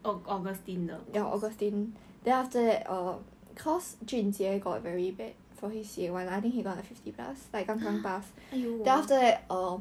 oh augustine 的 !huh! !aiyo!